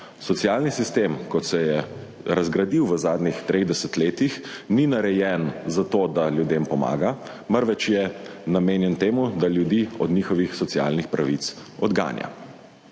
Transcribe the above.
Socialni sistem, kot se je razgradil v zadnjih treh desetletjih, ni narejen zato, da ljudem pomaga, marveč je namenjen temu, da ljudi od njihovih socialnih pravic odganja.